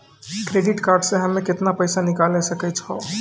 Credit card से हम्मे केतना पैसा निकाले सकै छौ?